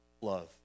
love